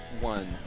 one